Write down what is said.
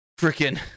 Freaking